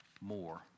more